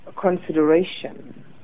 consideration